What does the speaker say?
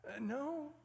no